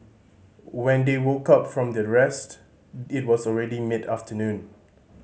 when they woke up from their rest it was already mid afternoon